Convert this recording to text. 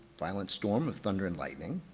violent storm of thunder and lightning.